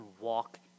walk